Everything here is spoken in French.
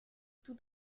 tout